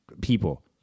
people